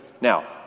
Now